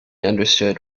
understood